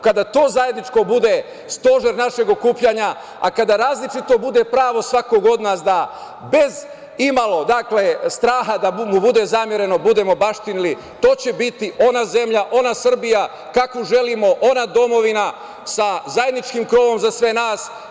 Kada to zajedničko bude stožer našeg okupljanja, a kada različito bude pravo svakog od nas da bez imalo straha da mu bude zamereno, budemo baštinili, to će biti ona zemlja, ona Srbija kakvu želimo, ona domovina sa zajedničkim krovom za sve nas.